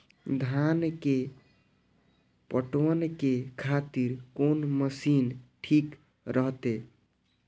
धान के पटवन के खातिर कोन मशीन ठीक रहते?